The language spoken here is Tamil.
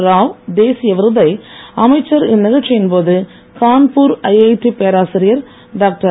ராவ் தேசிய விருதை அமைச்சர் இந்நிகழ்ச்சியின் போது கான்பூர் ஐஐடி பேராசிரியர் டாக்டர்